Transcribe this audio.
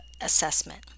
assessment